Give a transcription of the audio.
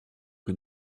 que